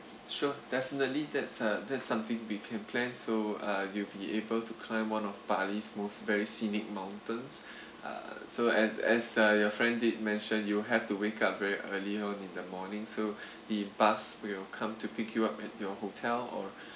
sure definitely that's a that's something we can plan so uh you'll be able to climb one of bali's most very scenic mountains uh so as as uh your friend did mention you have to wake up very early on in the morning so the bus will come to pick you up at your hotel or